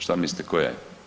Šta mislite koja je?